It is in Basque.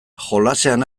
jolasean